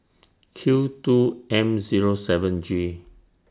Q two M Zero seven G